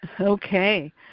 Okay